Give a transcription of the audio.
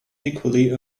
equally